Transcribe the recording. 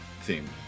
theme